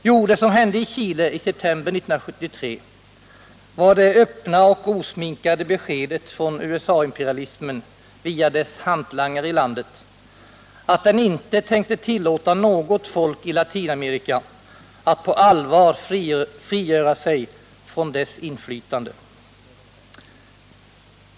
Jo, det som hände i Chile i september 1973 var det öppna och osminkade beskedet från USA imperialismen via dess hantlangare i landet, att den inte tänkte tillåta något folk i Latinamerika att på allvar frigöra sig från dess inflytande.